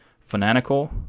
Fanatical